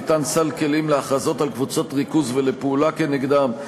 ניתן סל כלים להכרזות על קבוצות ריכוז ולפעולה כנגדן,